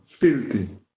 filthy